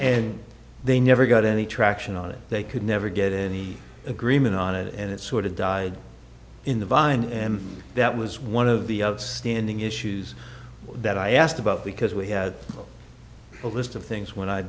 they never got any traction on it they could never get any agreement on it and it sort of died in the vine and that was one of the outstanding issues that i asked about because we had a list of things when i